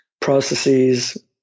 processes